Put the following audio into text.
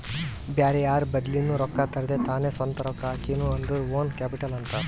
ಬ್ಯಾರೆ ಯಾರ್ ಬಲಿಂದ್ನು ರೊಕ್ಕಾ ತರ್ಲಾರ್ದೆ ತಾನೇ ಸ್ವಂತ ರೊಕ್ಕಾ ಹಾಕಿನು ಅಂದುರ್ ಓನ್ ಕ್ಯಾಪಿಟಲ್ ಅಂತಾರ್